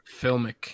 filmic